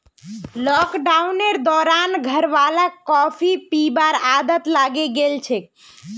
लॉकडाउनेर दौरान घरवालाक कॉफी पीबार आदत लागे गेल छेक